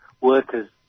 workers